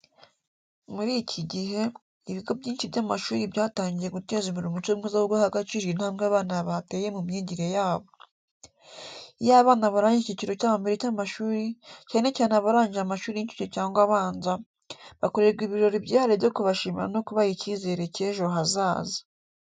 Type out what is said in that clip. Muri iki gihe, ibigo byinshi by’amashuri byatangiye guteza imbere umuco mwiza wo guha agaciro intambwe abana bateye mu myigire yabo. Iyo abana barangije icyiciro cya mbere cy’amashuri, cyane cyane abarangije amashuri y'inshuke cyangwa abanza, bakorerwa ibirori byihariye byo kubashimira no kubaha icyizere cy’ejo hazaza.